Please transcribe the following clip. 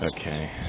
Okay